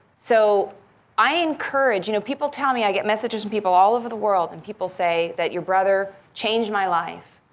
so i encourage you know people tell me, i get messages to and people all over the world and people say that your brother changed my life.